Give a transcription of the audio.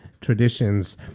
traditions